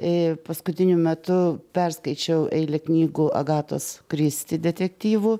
ir paskutiniu metu perskaičiau eilę knygų agatos kristi detektyvų